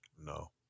No